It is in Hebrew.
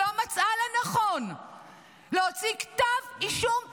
שלא מצאה לנכון להוציא כתב אישום אחד,